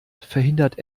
verhindert